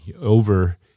over